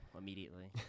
immediately